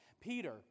Peter